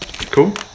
Cool